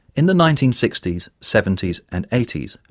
in the nineteen sixty s, seventy s and eighty s,